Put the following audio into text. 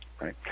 Right